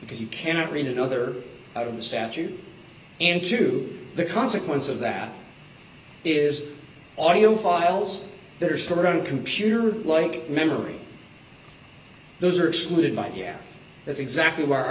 because you cannot read another out of the statute and to the consequence of that is audio files that are for own computer like memory those are excluded by yeah that's exactly why